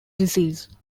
disease